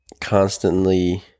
constantly